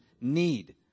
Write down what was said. need